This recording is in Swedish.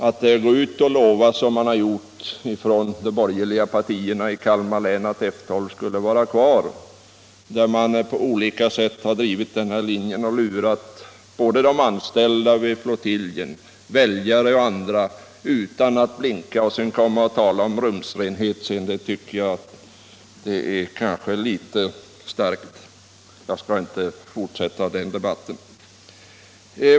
Att, som de borgerliga partierna gjort i Kalmar län, på olika sätt lova att F 12 skulle få vara kvar och därmed utan att blinka lura de anställda på flottiljen, väljare och andra, och sedan komma och tala om rumsrenhet tycker jag är litet väl magstarkt. Jag skall inte fortsätta den debatten.